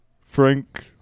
Frank